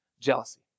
jealousy